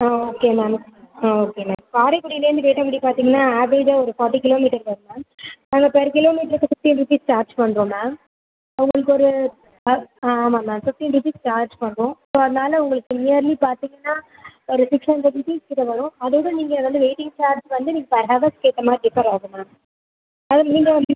ஆ okay ma'am ah okay ma'am காரைக்குடிலேருந்து வேட்டங்குடி பார்த்தீங்கனா ஆவரேஜாக ஒரு ஃபார்ட்டி கிலோ மீட்டர் வரும் மேம் நாங்கள் பெர் கிலோ மீட்டர்க்கு ஃபிஃப்டின் ருப்பீஸ் சார்ஜ் பண்ணுறோம் மேம் உங்களுக்கு ஒரு ஆ ஆமாம் மேம் ஃபிஃப்டின் ருப்பீஸ் சார்ஜ் பண்ணுறோம் ஸோ அதுனால் உங்களுக்கு நியர்லி பார்த்தீங்கனா ஒரு சிக்ஸ் ஹண்ட்ரட் ருப்பீஸ் கிட்ட வரும் அதோடு நீங்கள் வந்து வெயிட்டிங் சார்ஜ் வந்து நீங்கள் பெர் ஹவர்ஸ்க்கு ஏற்ற மாதிரி டிஃபராகும் மேம் அது நீங்கள் வந்து